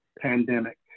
pandemic